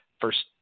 first